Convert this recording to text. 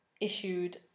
issued